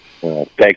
Thank